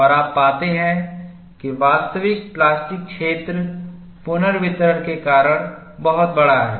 और आप पाते हैं कि वास्तविक प्लास्टिक क्षेत्र पुनर्वितरण के कारण बहुत बड़ा है